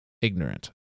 ignorant